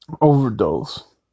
overdose